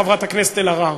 חברת הכנסת אלהרר,